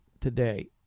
today